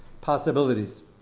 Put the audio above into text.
possibilities